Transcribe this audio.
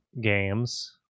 games